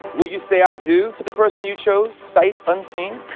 will you say i do to the person you chose sight unseen?